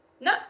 no